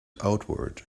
outward